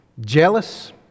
jealous